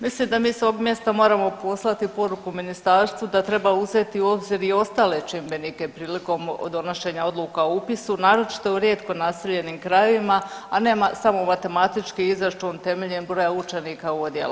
Mislim da mi sa ovog mjesta moramo poslati poruku ministarstvu da treba uzeti u obzir i ostale čimbenike prilikom donošenja odluka o upisu naročito u rijetko naseljenim krajevima, a ne samo matematički izračun temeljem broja učenika u odjelu.